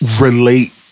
relate